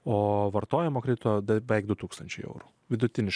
o vartojimo krito beveik du tūkstančiai eurų vidutinis